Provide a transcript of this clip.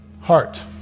heart